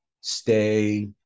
stay